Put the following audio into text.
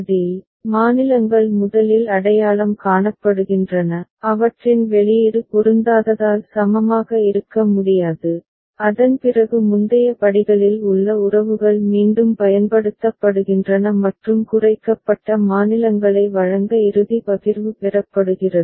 அதில் மாநிலங்கள் முதலில் அடையாளம் காணப்படுகின்றன அவற்றின் வெளியீடு பொருந்தாததால் சமமாக இருக்க முடியாது அதன்பிறகு முந்தைய படிகளில் உள்ள உறவுகள் மீண்டும் பயன்படுத்தப்படுகின்றன மற்றும் குறைக்கப்பட்ட மாநிலங்களை வழங்க இறுதி பகிர்வு பெறப்படுகிறது